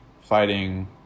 fighting